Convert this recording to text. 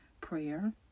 prayer